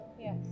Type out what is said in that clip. Yes